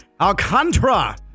Alcantara